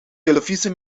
televisie